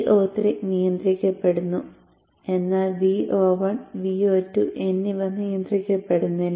Vo3 നിയന്ത്രിക്കപ്പെടുന്നു എന്നാൽ Vo1 Vo2 എന്നിവ നിയന്ത്രിക്കപ്പെടുന്നില്ല